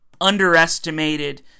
underestimated